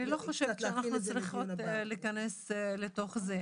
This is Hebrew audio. אני לא חושבת שאנחנו צריכות להיכנס לתוך זה.